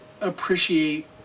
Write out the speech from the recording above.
appreciate